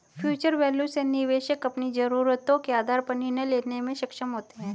future value से निवेशक अपनी जरूरतों के आधार पर निर्णय लेने में सक्षम होते हैं